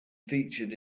featured